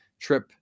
trip